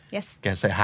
Yes